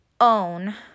own